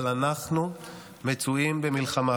אבל אנחנו מצויים במלחמה,